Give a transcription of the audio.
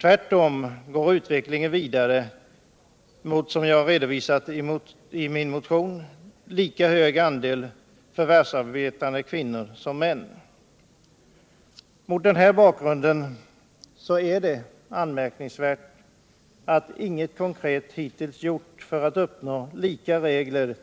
Tvärtom går utvecklingen, såsom jag redovisat i min motion, vidare mot lika hög andel förvärvsarbetande kvinnor som män. Mot den här bakgrunden är det anmärkningsvärt att inget konkret hittills har gjorts för att uppnå lika regler